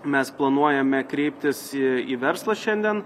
mes planuojame kreiptis į į verslą šiandien